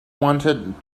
wanted